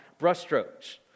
brushstrokes